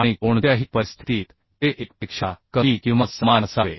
आणि कोणत्याही परिस्थितीत ते 1 पेक्षा कमी किंवा समान असावे